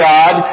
God